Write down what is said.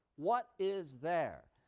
what is there,